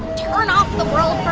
turn off the world